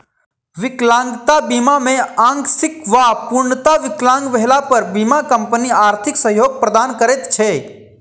विकलांगता बीमा मे आंशिक वा पूर्णतः विकलांग भेला पर बीमा कम्पनी आर्थिक सहयोग प्रदान करैत छै